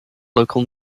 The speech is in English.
local